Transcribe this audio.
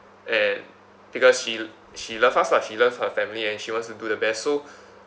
and because she she love us lah she loves her family and she wants to do the best so